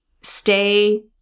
Stay